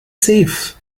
safe